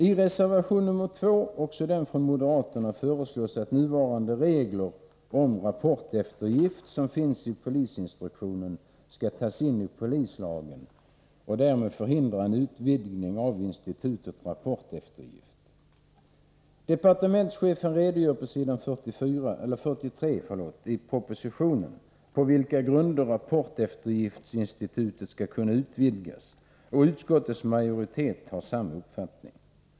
I reservation 2, också den från moderaterna, föreslås att nuvarande regler om rapporteftergift, som finns i polisinstruktionen, skall tas in i polislagen för att en utvidgning av institutet rapporteftergift skall förhindras. Departementschefen redogör på s. 43 i propositionen för på vilka grunder rapporteftergiftsinstitutet skall kunna utvidgas, och utskottsmajoriteten har samma uppfattning.